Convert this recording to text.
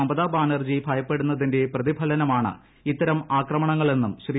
മമതാ ബാനർജി ഭയപ്പെടുന്നതിന്റെ പ്രതിഫലനമാണ് ഇത്തരം ആക്രമണങ്ങളെന്നും ശ്രീ